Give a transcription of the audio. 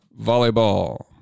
volleyball